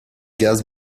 gas